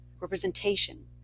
representation